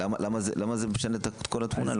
למה זה משנה את כל התמונה?